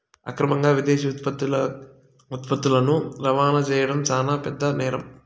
అక్రమంగా విదేశీ ఉత్పత్తులని రవాణా చేయడం శాన పెద్ద నేరం